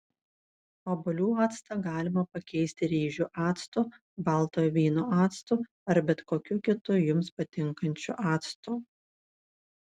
obuolių actą galima pakeisti ryžių actu baltojo vyno actu ar bet kokiu kitu jums patinkančiu actu